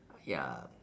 ya